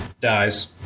dies